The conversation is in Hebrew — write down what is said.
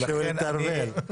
אותך,